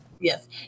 Yes